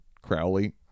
Crowley